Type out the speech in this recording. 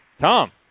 Tom